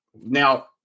Now